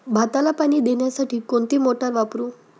भाताला पाणी देण्यासाठी कोणती मोटार वापरू?